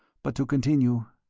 but to continue.